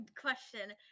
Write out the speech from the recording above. question